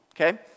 Okay